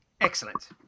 Excellent